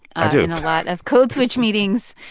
i do. in a lot of code switch meetings.